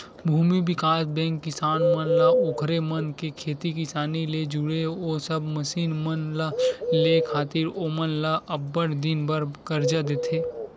भूमि बिकास बेंक किसान मन ला ओखर मन के खेती किसानी ले जुड़े ओ सब मसीन मन ल लेय खातिर ओमन ल अब्बड़ दिन बर करजा देथे